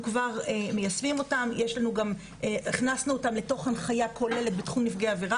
הכנסנו אותן לתוך הנחייה כוללת בתחום נפגעי עבירה,